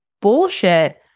bullshit